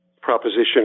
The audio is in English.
proposition